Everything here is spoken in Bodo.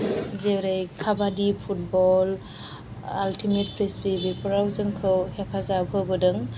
जेरै काबादि फुटबल आल्टिमेट फ्रिसबि बेफोराव जोंखौ हेफाजाब होबोदों